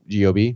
gob